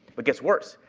but gets worse.